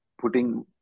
putting